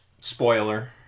spoiler